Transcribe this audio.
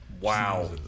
Wow